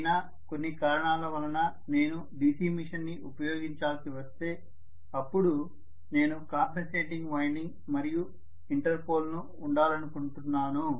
అయినా కొన్ని కారణాల వలన నేను DC మెషిన్ ని ఉపయోగించాల్సి వస్తే అప్పుడు నేను కాంపెన్సేటింగ్ వైండింగ్ మరియు ఇంటర్పోల్ను ఉంచాలనుకుంటున్నాను